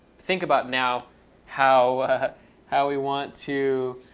think about now how how we want to